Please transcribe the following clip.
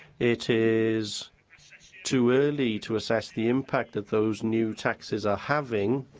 it is too early to assess the impact that those new taxes are having